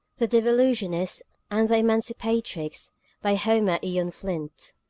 the devolutionist and the emancipatrix by homer eon flint